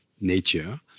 nature